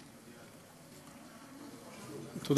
סליחה, שלוש דקות.